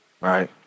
right